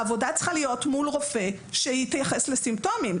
העבודה צריכה להיות מול הרופא שיתייחס לסימפטומים,